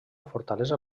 fortalesa